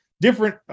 different